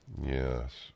Yes